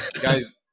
Guys